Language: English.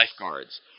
lifeguards